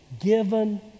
given